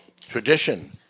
tradition